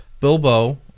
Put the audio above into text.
Bilbo